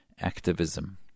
activism